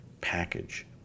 package